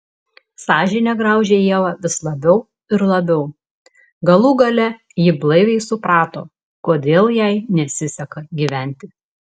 sąžinė graužė ievą vis labiau ir labiau galų gale ji blaiviai suprato kodėl jai nesiseka gyventi